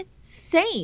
insane